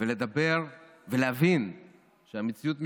ולהבין שהמציאות משתנה,